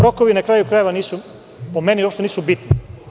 Rokovi, na kraju krajeva, po meni, uopšte nisu bitni.